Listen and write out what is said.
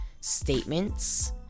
statements